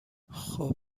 خوب